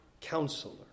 counselor